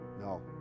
No